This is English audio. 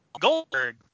Goldberg